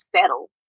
settle